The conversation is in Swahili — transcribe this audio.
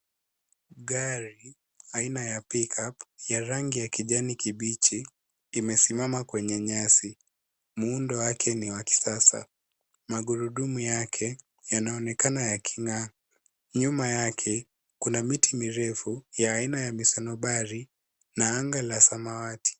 Gari aina ya pickup ya rangi ya kijani kibichi, imesimama kwenye nyasi. Muundo wake ni wa kisasa. Magurudumu yake yanaonekana yakingaa. Nyuma yake kuna miti mirefu ya aina ya misanobari na anga la samawati.